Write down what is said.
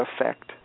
effect